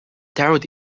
تعد